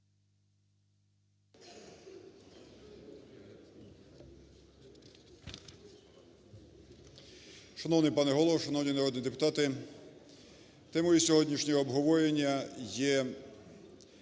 Шановний пане Голово! Шановні народні депутати! Темою сьогоднішнього обговорення є